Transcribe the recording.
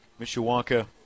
Mishawaka